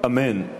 אמן.